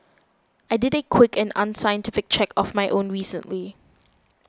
I did a quick and unscientific check of my own recently